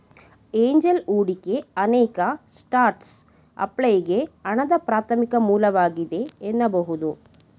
angel ಹೂಡಿಕೆ ಅನೇಕ ಸ್ಟಾರ್ಟ್ಅಪ್ಗಳ್ಗೆ ಹಣದ ಪ್ರಾಥಮಿಕ ಮೂಲವಾಗಿದೆ ಎನ್ನಬಹುದು